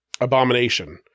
abomination